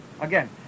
again